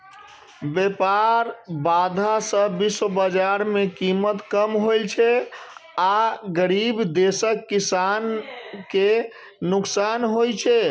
व्यापार बाधा सं विश्व बाजार मे कीमत कम होइ छै आ गरीब देशक किसान कें नुकसान होइ छै